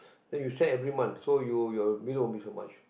then you send every month so you your bill won't be so much